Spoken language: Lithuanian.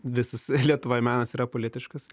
visas lietuvoj menas yra apolitiškas